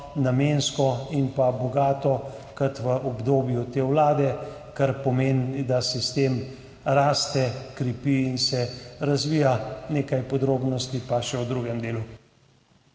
namensko in bogato kot v obdobju te vlade. Kar pomeni, da sistem raste, se krepi in se razvija. Nekaj podrobnosti pa še v drugem delu.